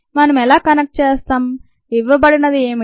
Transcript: మనము ఎలా కనెక్ట్ చేస్తాం ఇవ్వబడినది ఏమిటి